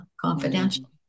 confidential